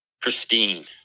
pristine